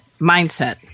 mindset